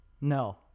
No